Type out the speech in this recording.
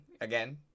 again